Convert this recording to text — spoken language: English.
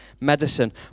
medicine